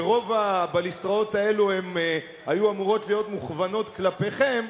ורוב הבליסטראות האלה היו אמורות להיות מכוונות כלפיכם,